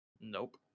Nope